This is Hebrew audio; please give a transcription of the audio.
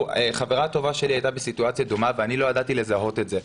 חברה טובה שלי הייתה בסיטואציה דומה ואני לא ידעתי לזהות את זה.